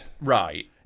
right